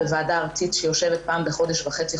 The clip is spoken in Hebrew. בועדה ארצית שיושבת פעם בחודש וחצי,